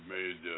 made